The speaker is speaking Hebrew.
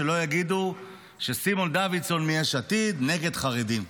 שלא יגידו שסימון דוידסון מיש עתיד נגד חרדים.